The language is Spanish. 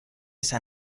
esa